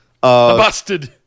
Busted